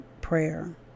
prayer